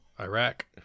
Iraq